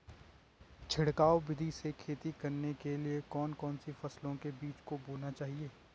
छिड़काव विधि से खेती करने के लिए कौन कौन सी फसलों के बीजों को बोना चाहिए?